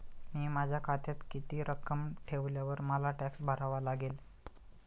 मी माझ्या खात्यात किती रक्कम ठेवल्यावर मला टॅक्स भरावा लागेल?